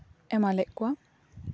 ᱮᱢᱟ ᱞᱮᱜ ᱠᱚᱣᱟ